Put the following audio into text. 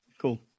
cool